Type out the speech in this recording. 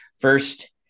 first